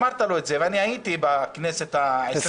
אמרת לו את זה והייתי בכנסת ה-21,